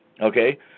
okay